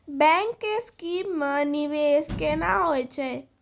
Bank के scheme मे निवेश केना होय छै?